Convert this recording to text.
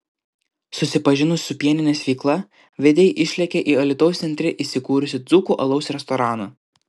susipažinus su pieninės veikla vedėjai išlėkė į alytaus centre įsikūrusį dzūkų alaus restoraną